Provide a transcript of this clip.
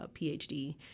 PhD